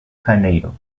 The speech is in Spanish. janeiro